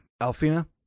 Alfina